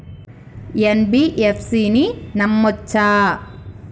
NBFC ని నమ్మచ్చా?